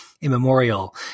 immemorial